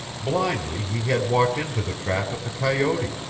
blindly he had walked into the trap at the coyote.